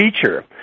feature